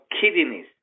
kidneys